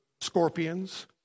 scorpions